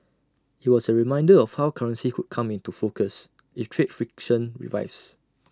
IT was A reminder of how currency could come into focus if trade friction revives